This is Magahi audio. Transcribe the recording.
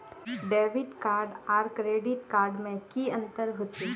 डेबिट कार्ड आर क्रेडिट कार्ड में की अंतर होचे?